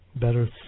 better